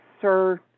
Sir